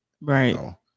Right